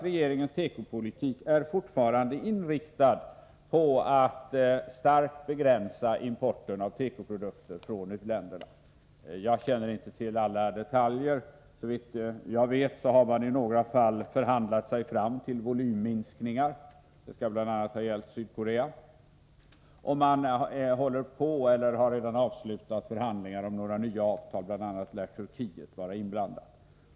Regeringens tekopolitik är fortfarande inriktad på att starkt begränsa importen av tekoprodukter från u-länderna. Jag känner inte till alla detaljer, men såvitt jag vet har man i några fall förhandlat sig fram till volymminskningar. Det skall bl.a. ha gällt Sydkorea. Man håller också på med förhandlingar om nya avtal. Bl. a. lär Turkiet vara inblandat.